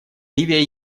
ливия